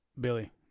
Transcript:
Billy